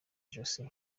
ijosi